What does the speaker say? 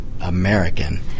American –